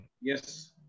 Yes